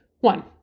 One